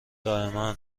دائما